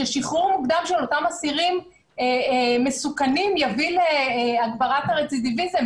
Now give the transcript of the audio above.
ששחרור מוקדם של אותם אסירים מסוכנים יביא להגברת הרצידיביזם.